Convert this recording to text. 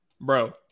bro